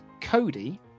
Cody